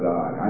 God